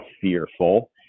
fearful